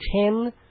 ten